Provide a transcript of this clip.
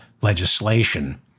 legislation